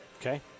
Okay